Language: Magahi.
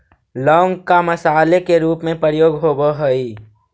लौंग का मसाले के रूप में प्रयोग होवअ हई